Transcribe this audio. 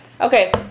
Okay